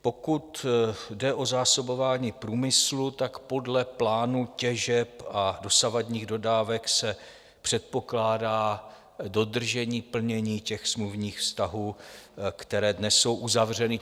Pokud jde o zásobování průmyslu, podle plánu těžeb a dosavadních dodávek se předpokládá dodržení plnění smluvních vztahů, které dnes jsou uzavřeny.